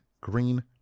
green